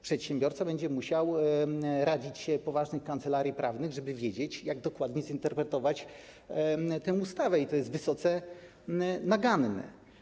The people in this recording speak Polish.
Przedsiębiorca będzie musiał radzić się poważnych kancelarii prawnych, żeby wiedzieć, jak dokładnie zinterpretować tę ustawę, i to jest wysoce naganne.